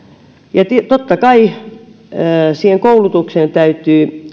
väärin nyt totta kai rakentajien koulutukseen täytyy